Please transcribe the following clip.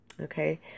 Okay